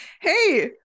hey